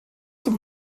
zum